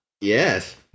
Yes